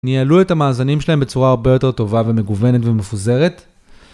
ניהלו את המאזנים שלהם בצורה הרבה יותר טובה ומגוונת ומפוזרת?